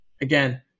Again